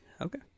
Okay